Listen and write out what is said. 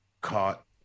caught